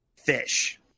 fish